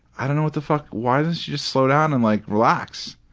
i don't know what the fuck why doesn't she just slow down and, like, relax?